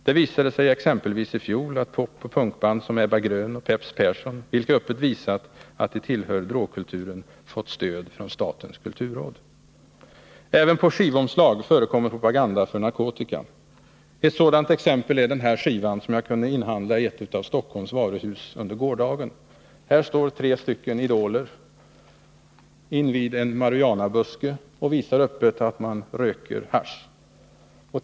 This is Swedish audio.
Det visade sig exempelvis i fjol att popoch punkband som Ebba Grön och Peps Persson, vilka öppet visat att de hör samman med drogkulturen, fått stöd från statens kulturråd. Även på skivomslag förekommer propaganda för narkotika. Ett sådant exempel är den skiva som jag kunde inhandla i ett av Stockholms varuhus under gårdagen. Här står tre idoler invid en marijuanabuske och visar öppet att de röker hasch.